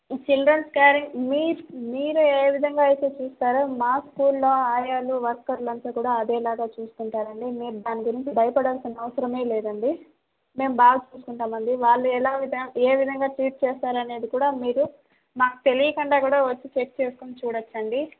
children's మీ మీరేవిధంగా అయితే చూస్తారో మా స్కూల్లో ఆయాలు వర్కర్లంతా కూడా అదెలాగా చూసుకుంటారండి మీరు దాని గురించి భయపడాల్సిన అవసరమే లేదండి మేము బాగా చూసుకుంటామండి వాళ్ళెలాగైతే ఏ విధంగా ట్రీట్ చేస్తారనేది కూడా మీరు మాకు తెలియకుండా కూడా వచ్చి చెక్ చేసుకొని చూడచ్చండి